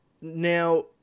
Now